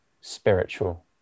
spiritual